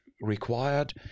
required